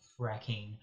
fracking